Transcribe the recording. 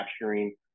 capturing